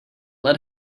let